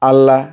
Allah